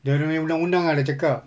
dia orang punya undang undang ah dia cakap